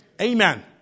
Amen